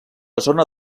zona